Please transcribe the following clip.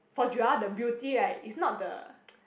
for Joel the beauty right is not the